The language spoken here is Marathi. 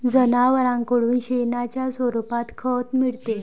जनावरांकडून शेणाच्या स्वरूपात खत मिळते